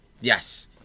Yes